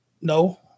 No